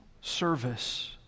service